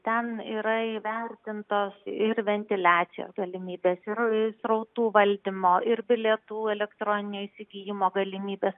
ten yra įvertintos ir ventiliacijos galimybės ir srautų valdymo ir bilietų elektroninių įsigijimo galimybės